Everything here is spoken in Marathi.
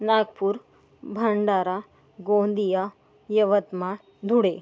नागपूर भंडारा गोंदिया यवतमाळ धुळे